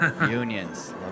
Unions